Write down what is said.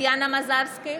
טטיאנה מזרסקי,